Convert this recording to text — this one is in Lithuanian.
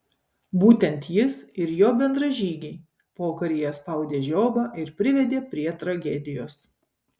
būtent jis ir jo bendražygiai pokaryje spaudė žiobą ir privedė prie tragedijos